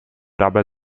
dabei